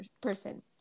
person